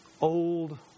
old